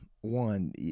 one